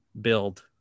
build